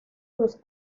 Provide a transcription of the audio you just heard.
sus